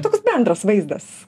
toks bendras vaizdas